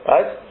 Right